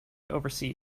oversee